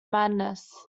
madness